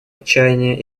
отчаяние